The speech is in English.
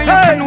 Hey